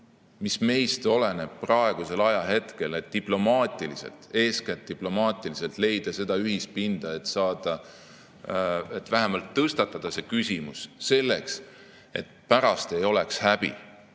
mis meist oleneb praegusel ajahetkel, et eeskätt diplomaatiliselt leida seda ühispinda, et vähemalt tõstatada see küsimus – selleks, et pärast ei oleks häbi.